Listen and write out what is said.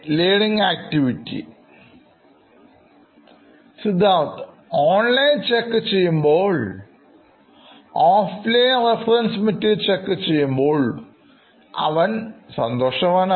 learning activity Siddharth online check ചെയ്യുമ്പോൾ Offline reference materials check ചെയ്യുമ്പോൾഅവൻ സന്തോഷവാനായിരുന്നു